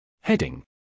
Heading